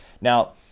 Now